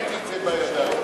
הראיתי את זה בידיים.